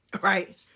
right